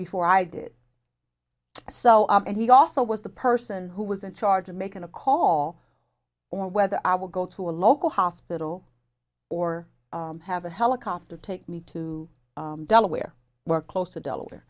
before i did so and he also was the person who was in charge of making a call or whether i will go to a local hospital or have a helicopter take me to delaware where close to delaware